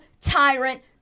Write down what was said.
tyrant